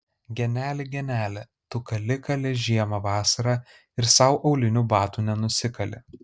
geneli geneli tu kali kali žiemą vasarą ir sau aulinių batų nenusikali